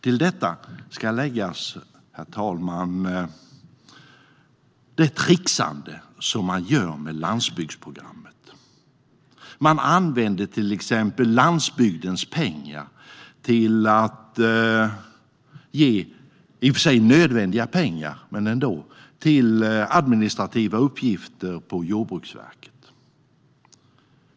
Till detta ska läggas det trixande som man ägnar sig åt vad gäller landsbygdsprogrammet. Man använder till exempel landsbygdens pengar till att ge pengar - i och för sig nödvändiga sådana, men ändå - till administrativa uppgifter på Jordbruksverket.